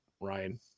Ryan